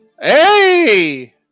Hey